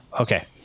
Okay